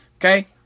Okay